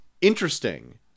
interesting